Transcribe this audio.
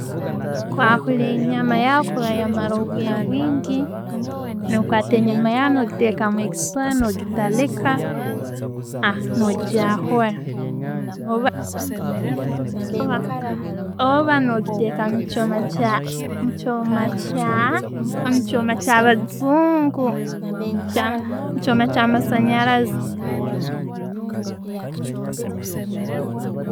Kwahura enyama yaawe kurora yamara obwiire bwingi no'kwata enyama yaawe, no'gi tekamu ekisuura, Ogitaliika no gyahura orba no giteka mukyoma kyabajungu, mukyoma e'kyamasanyarazi.